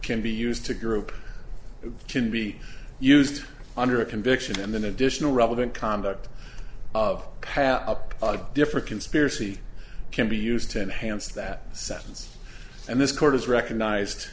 can be used to group can be used under a conviction and an additional relevant conduct of pass up on a different conspiracy can be used to enhance that sentence and this court has recognized